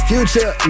Future